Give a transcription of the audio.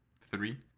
three